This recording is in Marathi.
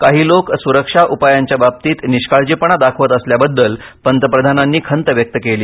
काही लोक सुरक्षा उपायांच्या बाबतीत निष्काळजीपणा दाखवत असल्याबद्दल पंतप्रधानांनी खंत व्यक्त केली